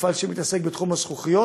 מפעל שמתעסק בתחום הזכוכיות,